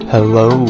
Hello